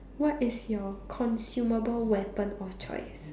what is your consumable weapon of choice